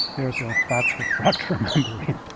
there is the old fractured fractured membrane.